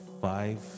five